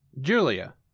Julia